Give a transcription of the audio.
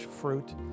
fruit